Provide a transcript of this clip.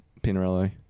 Pinarello